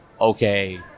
okay